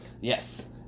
yes